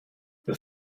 the